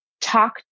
talk